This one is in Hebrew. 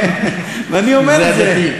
זה הדדי.